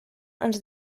ens